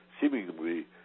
seemingly